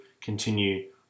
continue